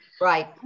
Right